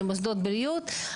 למוסדות בריאות,